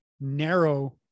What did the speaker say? narrow